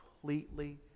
completely